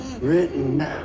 written